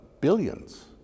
billions